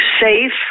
safe